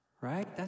right